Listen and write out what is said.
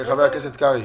הכנסת קרעי.